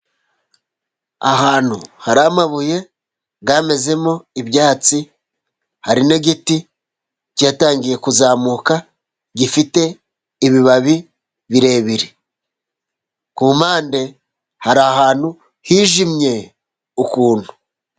Ahantu hari amabuye yamezemo ibyatsi, hari n'igiti cyatangiye kuzamuka, gifite ibibabi birebire, kumpande hari ahantu hijimye ukuntu.